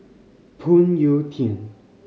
Phoon Yew Tien